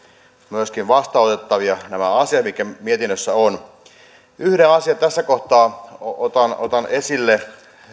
hyvin vastaanotettavia nämä asiat mitkä mietinnössä ovat yhden asian tässä kohtaa otan otan esille